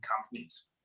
companies